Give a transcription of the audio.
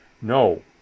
No